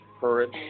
courage